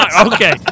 Okay